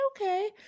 okay